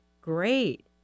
Great